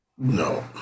No